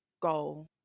goal